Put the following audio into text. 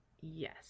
Yes